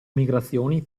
migrazioni